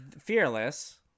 Fearless